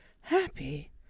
Happy